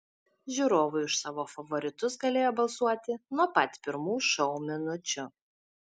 žiūrovai už savo favoritus galėjo balsuoti nuo pat pirmų šou minučių